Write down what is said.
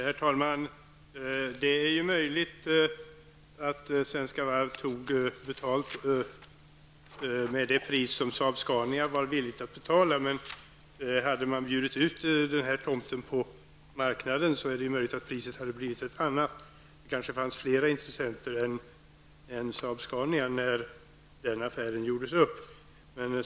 Herr talman! Det är möjligt att Svenska varv antog det pris som Saab-Scania var villigt att betala, men om tomten hade bjudits ut på marknaden, är det möjligt att priset hade blivit ett annat. Det fanns kanske flera intressenter än Saab-Scania när affären gjordes upp.